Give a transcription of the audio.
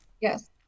Yes